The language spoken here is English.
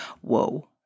Whoa